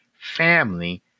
family